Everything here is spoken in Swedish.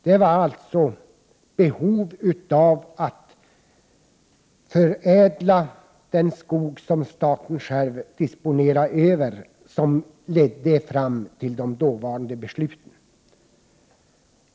Det var ett behov av att förädla den skog som staten själv disponerar över som ledde fram till de dåtida besluten.